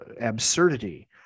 absurdity